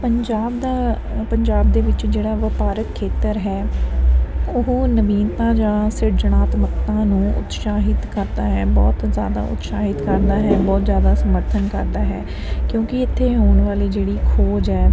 ਪੰਜਾਬ ਦਾ ਪੰਜਾਬ ਦੇ ਵਿੱਚ ਜਿਹੜਾ ਵਪਾਰਕ ਖੇਤਰ ਹੈ ਉਹ ਨਵੀਨਤਾ ਜਾਂ ਸਿਰਜਣਾਤਮਕਤਾ ਨੂੰ ਉਤਸ਼ਾਹਿਤ ਕਰਦਾ ਹੈ ਬਹੁਤ ਜਿਆਦਾ ਉਤਸ਼ਾਹਿਤ ਕਰਦਾ ਹੈ ਬਹੁਤ ਜਿਆਦਾ ਸਮਰਥਨ ਕਰਦਾ ਹੈ ਕਿਉਂਕਿ ਇੱਥੇ ਹੋਣ ਵਾਲੀ ਜਿਹੜੀ ਖੋਜ ਹੈ